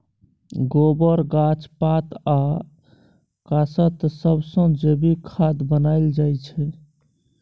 गोबर, गाछ पात आ कासत सबसँ जैबिक खाद बनाएल जाइ छै